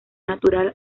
natural